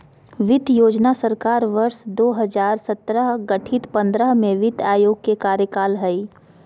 वित्त योजना सरकार वर्ष दो हजार सत्रह गठित पंद्रह में वित्त आयोग के कार्यकाल हइ